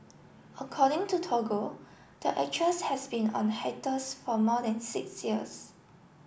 according to Toggle the actress has been on a hiatus for more than six years